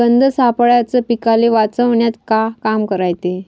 गंध सापळ्याचं पीकाले वाचवन्यात का काम रायते?